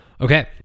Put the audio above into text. Okay